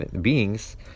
beings